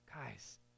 Guys